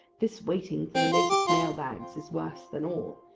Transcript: this waiting for the latest mail-bags is worse than all.